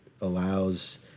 allows